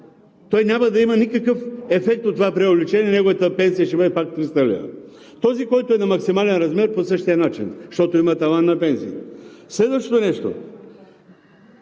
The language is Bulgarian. Той няма да има никакъв ефект от това преувеличение. Неговата пенсия ще бъде пак 300 лв. Този, който е на максимален размер, по същия начин, защото има таван на пенсиите. Следващото нещо